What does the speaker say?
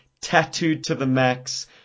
tattooed-to-the-max